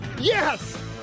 yes